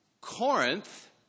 Corinth